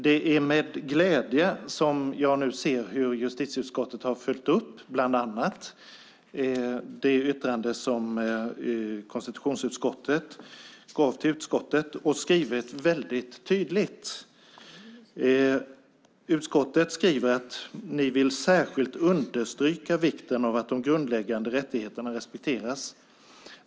Det är med glädje jag ser hur justitieutskottet har följt upp bland annat det yttrande som konstitutionsutskottet gav till justitieutskottet. Utskottet har tydligt skrivit att man särskilt vill understryka vikten av att de grundläggande rättigheterna respekteras.